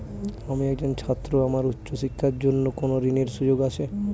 আমি একজন ছাত্র আমার উচ্চ শিক্ষার জন্য কোন ঋণের সুযোগ আছে?